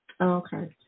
okay